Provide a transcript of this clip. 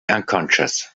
unconscious